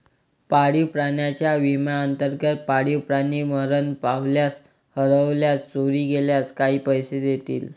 पाळीव प्राण्यांच्या विम्याअंतर्गत, पाळीव प्राणी मरण पावल्यास, हरवल्यास, चोरी गेल्यास काही पैसे देतील